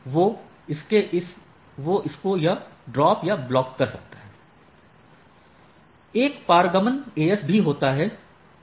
वोह इसको यह ड्रॉप या ब्लॉक कर सकता है एक पारगमन AS भी होता है